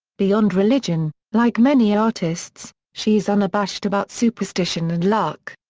beyond religion, like many artists, she is unabashed about superstition and luck.